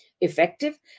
effective